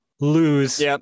Lose